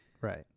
Right